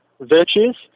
virtues